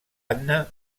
anna